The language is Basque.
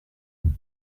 diot